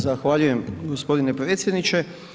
Zahvaljujem gospodine predsjedniče.